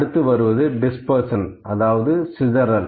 அடுத்து வருவது டிஸ்பர்ஷன் அதாவது சிதரல்